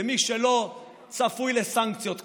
ומי שלא, צפוי לסנקציות כבדות.